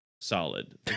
solid